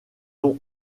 ont